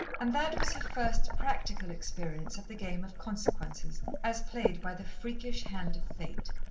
and that was her first practical experience of the game of consequences, as played by the freakish hand of fate.